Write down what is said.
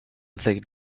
they